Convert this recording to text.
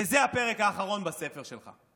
וזה הפרק האחרון בספר שלך.